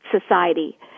society